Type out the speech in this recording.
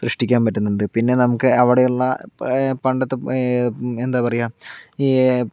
സൃഷ്ടിക്കാൻ പറ്റുന്നുണ്ട് പിന്നെ നമുക്ക് അവിടെയുള്ള പണ്ടത്തെ എന്താ പറയാ